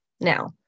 now